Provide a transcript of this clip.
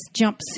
jumpsuit